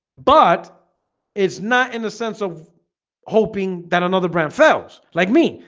but it's not in the sense of hoping that another brand fells like me.